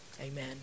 Amen